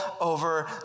over